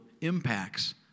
impacts